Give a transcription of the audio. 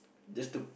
just to